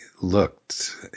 looked